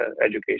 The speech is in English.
education